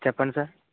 చెప్పండి సార్